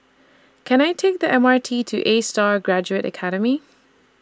Can I Take The M R T to ASTAR Graduate Academy